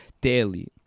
daily